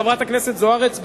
חברת הכנסת זוארץ,